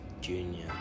Junior